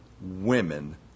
women